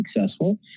successful